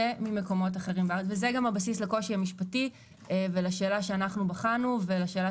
זה גם הבסיס לקושי המשפטי ולשאלה שבחנו ולשאלה